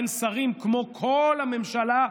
אין שרים כמו כל הממשלה,